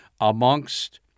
amongst